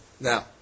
Now